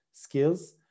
skills